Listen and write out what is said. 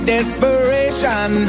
Desperation